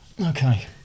okay